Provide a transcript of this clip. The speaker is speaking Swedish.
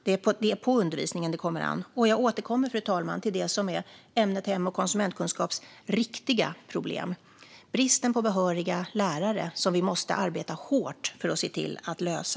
Jag återkommer, fru talman, till det som är det riktiga problemet för ämnet hem och konsumentkunskap: bristen på behöriga lärare, som vi måste arbeta hårt för att lösa.